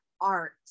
art